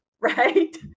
right